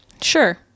Sure